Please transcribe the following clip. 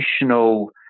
additional